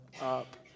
up